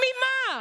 ממה?